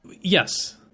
Yes